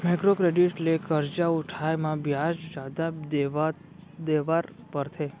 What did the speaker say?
micro credit ले खरजा उठाए म बियाज जादा देबर परथे